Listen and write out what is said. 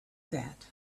that